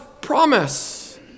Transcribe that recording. promise